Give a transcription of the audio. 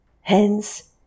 Hence